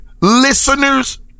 listeners